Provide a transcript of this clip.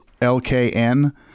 LKN